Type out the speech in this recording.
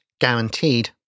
guaranteed